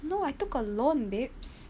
no I took a loan babes